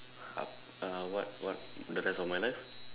uh uh what what the rest of my life